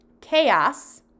chaos